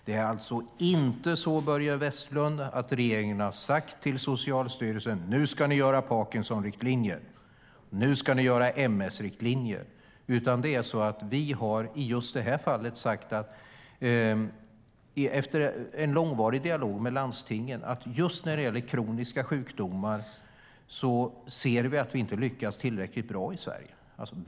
Det är alltså inte så att regeringen har sagt till Socialstyrelsen att det är parkinsonriktlinjer eller ms-riktlinjer som ska göras. I just det här fallet har vi efter en långvarig dialog med landstingen sagt att just när det gäller kroniska sjukdomar ser vi att vi inte lyckas tillräckligt bra i Sverige.